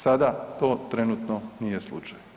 Sada to trenutno nije slučaj.